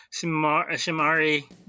Shimari